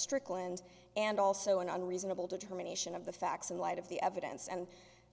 strickland and also an unreasonable determination of the facts in light of the evidence and